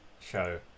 Show